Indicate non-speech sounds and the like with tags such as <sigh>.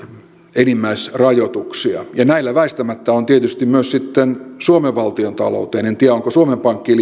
enimmäisrajoituksia ja näillä väistämättä on tietysti sitten myös suomen valtiontalouteen liittyviä vaikutuksia en tiedä onko suomeen pankkiin <unintelligible>